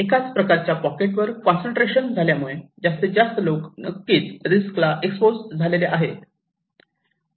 एकाच प्रकारच्या पॉकेट वर कॉन्सन्ट्रेशन झाल्यामुळे जास्तीत जास्त लोक नक्कीच रिस्क ला एक्सपोज झालेले आहेत